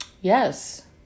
yes